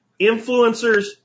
influencers